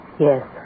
Yes